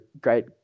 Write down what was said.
great